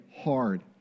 hard